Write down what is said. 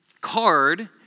card